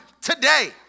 today